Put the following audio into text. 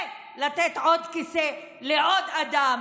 ולתת עוד כיסא לעוד אדם,